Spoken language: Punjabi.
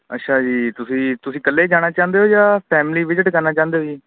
ਅੱਛਾ ਜੀ ਤੁਸੀਂ ਤੁਸੀਂ ਇਕੱਲੇ ਹੀ ਜਾਣਾ ਚਾਹੁੰਦੇ ਹੋ ਜਾਂ ਫੈਮਲੀ ਵਿਜ਼ਟ ਕਰਨਾ ਚਾਹੁੰਦੇ ਹੋ ਜੀ